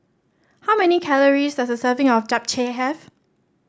how many calories does a serving of Japchae have